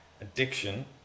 Addiction